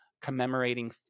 commemorating